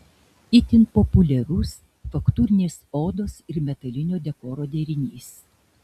itin populiarus faktūrinės odos ir metalinio dekoro derinys